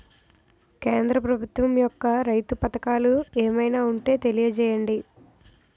కేంద్ర ప్రభుత్వం యెక్క రైతు పథకాలు ఏమైనా ఉంటే తెలియజేయండి?